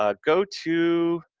ah go to,